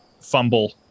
fumble